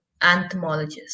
anthemologist